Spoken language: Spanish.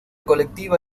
colectiva